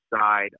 side